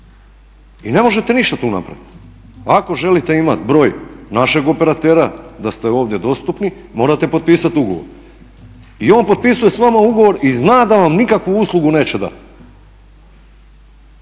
I ne možete ništa tu napraviti. Ako želite imati broj našeg operatera da ste ovdje dostupni morate potpisati ugovor. I on potpisuje sa vama ugovor i zna da vam nikakvu uslugu neće dati.